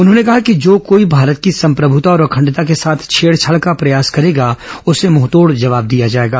उन्होंने कहा कि जो कोई भारत की सम्प्रभूता और अखंडता के साथ छेडछाड का प्रयास करेगा उसे मृंहतोड जवाब दिया जाएगा